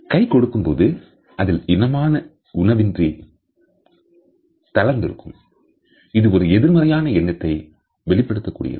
கை கொடுக்கும் போது அதில் இதமான உணர்வின்றி தளர்ந்திருக்கும் இது ஒரு எதிர்மறையான எண்ணத்தை வெளிப்படுத்த கூடியது